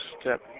step